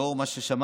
לאור מה ששמעתם,